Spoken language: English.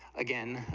again,